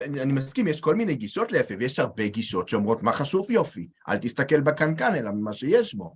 אני מסכים, יש כל מיני גישות ליפים. יש הרבה גישות שאומרות מה חשוב יופי? אל תסתכל בקנקן, אלא במה שיש בו.